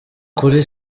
kuri